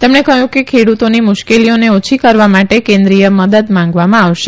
તેમણે કહ્યું કે ખેડૂતોની મુશ્કેલીઓને ઓછી કરવા માટે કેન્દ્રિય મદદ માંગવામાં આવશે